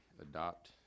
adopt